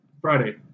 Friday